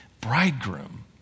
Bridegroom